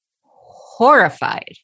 horrified